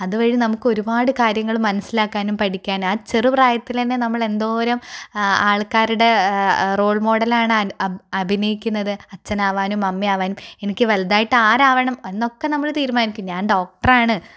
അതു വഴി നമ്മുക്ക് ഒരുപാട് കാര്യങ്ങൾ മനസ്സിലാക്കാനും പഠിക്കാനും ആ ചെറുപ്രായത്തിൽ തന്നെ നമ്മൾ എന്തോരം ആൾക്കാരുടെ റോൾ മോഡൽ ആ ണ് അഭിനയിക്കുന്നത് അച്ഛൻ ആവാനും അമ്മ ആ വാനും എനിക്ക് വലുതായിട്ട് ആരാവണം എന്നൊക്കെ നമ്മൾ തീരുമാനിക്കും ഞാൻ ഡോക്ടറാണ്